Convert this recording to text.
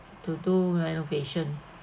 to do renovation